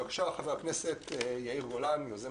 בבקשה, חבר הכנסת יאיר גולן, יוזם